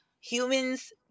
humans